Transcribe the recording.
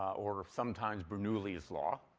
or sometimes bernoulli's law.